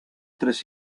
tres